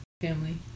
family